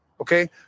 okay